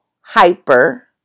hyper